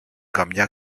καμιά